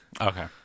okay